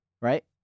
Right